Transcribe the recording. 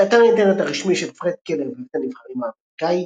אתר האינטרנט הרשמי של פרד קלר בבית הנבחרים האמריקאי